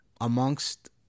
amongst